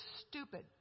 stupid